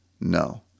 No